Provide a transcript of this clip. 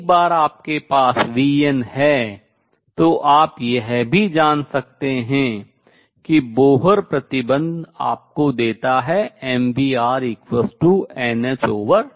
एक बार आपके पास vn है तो आप यह भी जानते हैं कि बोहर प्रतिबंध आपको देता है mvrnh2π